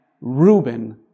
Reuben